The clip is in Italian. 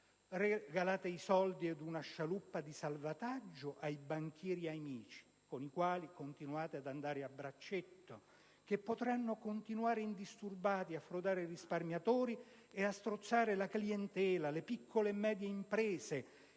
regalate i soldi ed una scialuppa di salvataggio ai banchieri amici, con i quali continuate ad andare a braccetto e che potranno continuare indisturbati a frodare i risparmiatori ed a strozzare la clientela e le piccole e medie imprese,